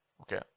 okay